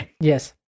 Yes